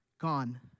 gone